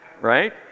right